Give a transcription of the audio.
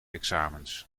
examens